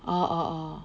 orh orh orh